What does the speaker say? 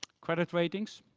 credit ratings.